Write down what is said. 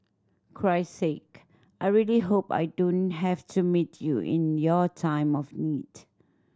Christ Sake I really hope I don't have to meet you in your time of need